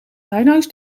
tuinhuis